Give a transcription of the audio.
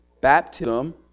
baptism